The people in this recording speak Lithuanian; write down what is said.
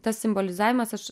tas simbolizavimas aš